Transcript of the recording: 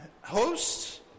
hosts